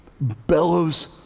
bellows